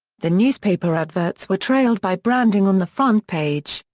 the newspaper adverts were trailed by branding on the front page,